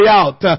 out